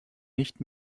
nicht